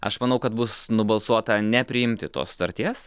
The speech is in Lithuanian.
aš manau kad bus nubalsuota nepriimti tos sutarties